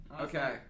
Okay